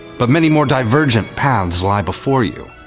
but many more divergent paths lie before you.